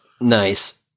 Nice